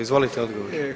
Izvolite odgovor.